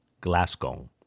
Glasgow